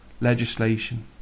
legislation